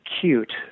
cute